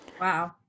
wow